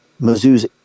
Mizzou's